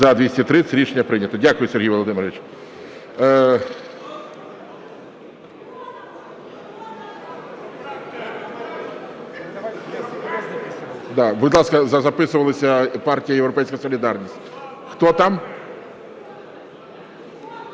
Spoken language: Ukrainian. За-230 Рішення прийнято. Дякую, Сергій Володимирович.